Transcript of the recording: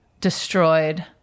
destroyed